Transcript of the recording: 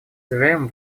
заверяем